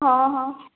ହଁ ହଁ